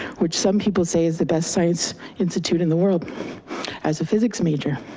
which some people say is the best science institute in the world as a physics major.